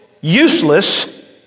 useless